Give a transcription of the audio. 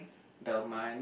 the month